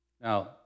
Now